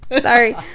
sorry